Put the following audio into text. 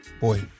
boy